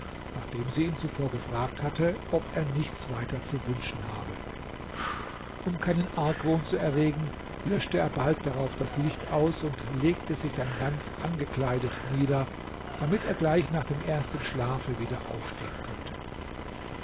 nachdem sie ihn zuvor gefragt hatte ob er nichts weiter zu wünschen habe um keinen argwohn zu erregen löschte er bald darauf das licht aus und legte sich ganz angekleidet nieder damit er gleich nach dem ersten schlafe wieder aufstehen könnte